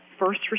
first